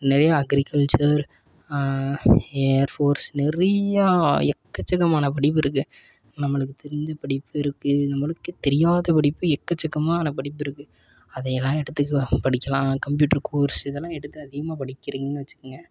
நிறைய agriculture air force நிறையா எக்கச்சக்கமான படிப்பு இருக்குது நம்மளுக்கு தெரிஞ்சி படிப்பு இருக்குது நம்மளுக்கே தெரியாத படிப்பு எக்கச்சக்கமான படிப்பு இருக்குது அதை எல்லாம் எடுத்து படிக்கலாம் கம்ப்யூட்ரு கோர்ஸ் இதெல்லாம் எடுத்து அதிகமாக படிக்கிறீங்கன்னு வச்சிக்கிங்க